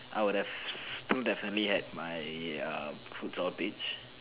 I would've still definitely had my um futsal pitch